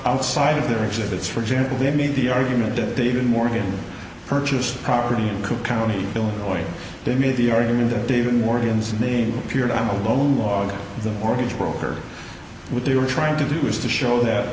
outside of their exhibits for example they made the argument that david morgan purchased property in cook county illinois they made the argument that david morgan's name appeared i'm alone was the mortgage broker what they were trying to do was to show that